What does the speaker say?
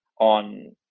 on